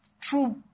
true